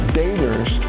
daters